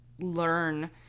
learn